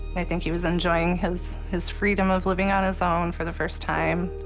i think he was enjoying his his freedom of living on his own for the first time,